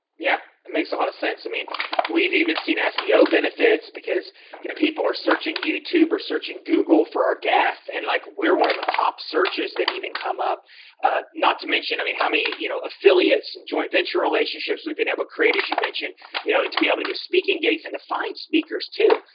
yeah it makes a lot of sense i mean we've even seen ah seo benefits because you know people are searching youtube or searching google for our guests. and like we're one of the top searches that even come up not to mention i mean how many you know affiliates and joint venture relationships we've been able to create as you mentioned you know to be able to get speaking gigs and to find speakers too.